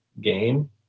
game